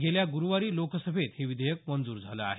गेल्या गुरुवारी लोकसभेत हे विधेयक मंजूर झालं आहे